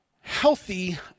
healthy